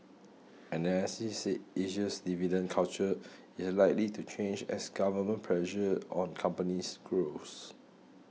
analysts said Asia's dividend culture is likely to change as government pressure on companies grows